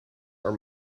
are